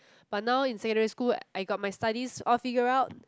but now in secondary school I got my studies all figure out